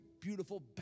beautiful